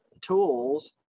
tools